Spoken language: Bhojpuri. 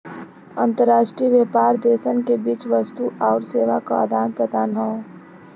अंतर्राष्ट्रीय व्यापार देशन के बीच वस्तु आउर सेवा क आदान प्रदान हौ